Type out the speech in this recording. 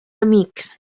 amics